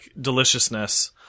deliciousness